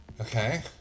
Okay